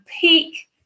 peak